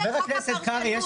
חבר הכנסת קרעי,